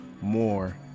more